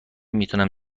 میتونم